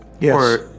Yes